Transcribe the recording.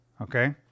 okay